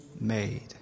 made